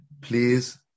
please